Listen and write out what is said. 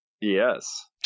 Yes